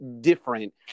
different